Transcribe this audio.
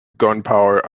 gunpowder